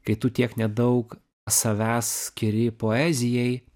kai tu tiek nedaug savęs skiri poezijai